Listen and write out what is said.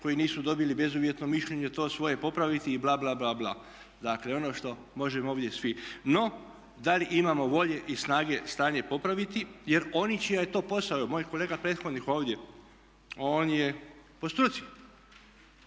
koji nisu dobili bezuvjetno mišljenje to svoje popraviti i bla, bla, bla. No, da li imamo volje i snage stanje popraviti? Jer oni čiji je to posao, evo moj kolega prethodnik ovdje on je po struci